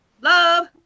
love